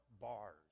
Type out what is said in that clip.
bars